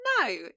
No